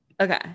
Okay